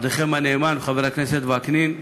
עבדכם הנאמן, חבר הכנסת וקנין,